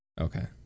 Okay